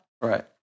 right